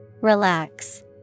Relax